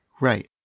Right